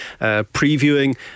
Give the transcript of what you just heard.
previewing